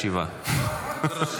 מאוד,